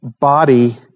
body